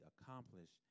accomplished